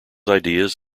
ideas